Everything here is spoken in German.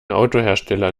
autohersteller